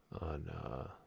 on